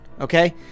Okay